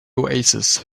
oasis